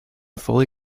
fully